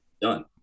done